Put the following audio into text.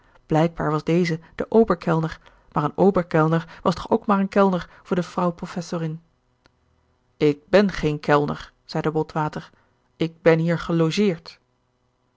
blijkbaar was deze de oberkellner maar een oberkellner was toch ook maar een kellner voor de frau professorin ik ben geen kellner zeide botwater ik ben hier gelogeerd